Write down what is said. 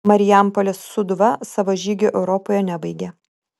marijampolės sūduva savo žygio europoje nebaigė